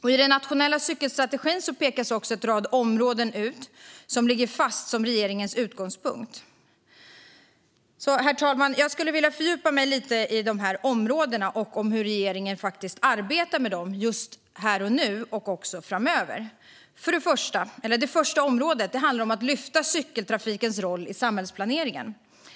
I den nationella cykelstrategin pekas det ut en rad områden som ligger fast som regeringens utgångspunkt. Jag skulle vilja fördjupa mig lite i dem och hur regeringen arbetar med dem här och nu och framöver, herr talman. Det första området handlar om att lyfta fram cykeltrafikens roll i samhällsplaneringen.